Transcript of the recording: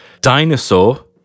Dinosaur